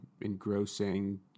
engrossing